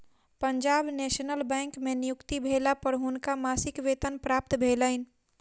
Punjab national bank में नियुक्ति भेला पर हुनका मासिक वेतन प्राप्त भेलैन